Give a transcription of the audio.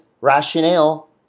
rationale